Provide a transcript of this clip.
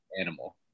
animal